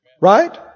Right